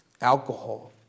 Alcohol